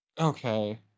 Okay